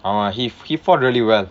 uh he he fought really well lah